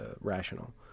rational